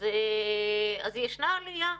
אז ישנה עלייה.